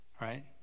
right